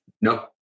no